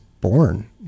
born